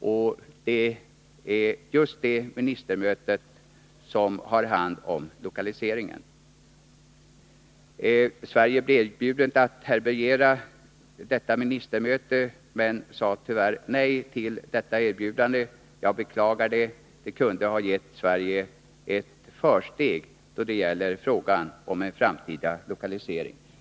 Sverige blev erbjudet att härbärgera detta ministermöte om lokaliseringen, men sade tyvärr nej till detta erbjudande. Jag beklagar det. Det kunde ha gett Sverige ett försteg i frågan om en framtida lokalisering.